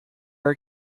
are